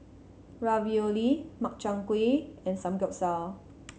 Ravioli Makchang Gui and Samgeyopsal